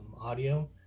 audio